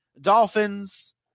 Dolphins